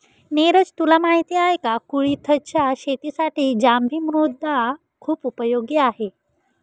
निरज तुला माहिती आहे का? कुळिथच्या शेतीसाठी जांभी मृदा खुप उपयोगी आहे